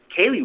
Kaylee